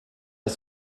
est